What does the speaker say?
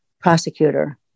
prosecutor